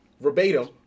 verbatim